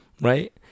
right